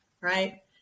right